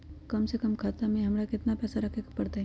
कम से कम खाता में हमरा कितना पैसा रखे के परतई?